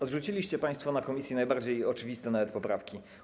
Odrzuciliście państwo w komisji najbardziej oczywiste nawet poprawki.